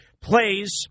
plays